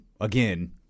again